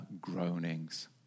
groanings